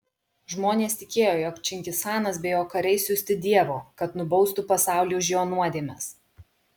žmonės tikėjo jog čingischanas be jo kariai siųsti dievo kad nubaustų pasaulį už jo nuodėmes